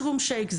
MUSHROOM SHAKE,